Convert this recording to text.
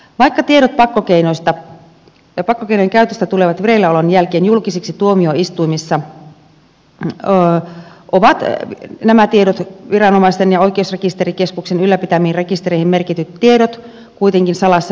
vaikka tiedot pakkokeinojen käytöstä tulevat vireilläolon jälkeen julkisiksi tuomioistuimissa ovat nämä viranomaisten ja oikeusrekisterikeskuksen ylläpitämiin rekistereihin merkityt tiedot kuitenkin salassa pidettäviä